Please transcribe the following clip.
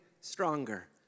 stronger